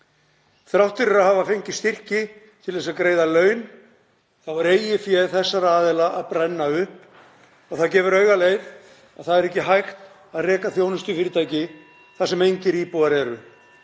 Þrátt fyrir að hafa fengið styrki til að greiða laun er eigið fé þessara aðila að brenna upp og það gefur augaleið að það er ekki hægt að reka þjónustufyrirtæki þar sem engir íbúar eru.